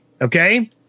okay